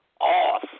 off